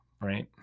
right